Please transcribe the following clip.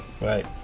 right